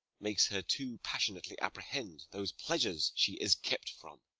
makes her too passionately apprehend those pleasures she is kept from.